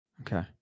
Okay